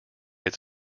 its